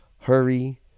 hurry